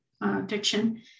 addiction